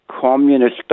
communist